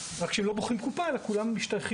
הכל במשותף,